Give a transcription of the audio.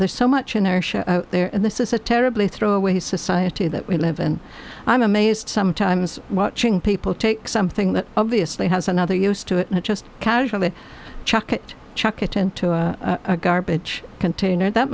there's so much inertia there and this is a terribly throwaway society that we live and i'm amazed sometimes watching people take something that obviously has another used to it not just casually chuck it chuck it into a garbage container that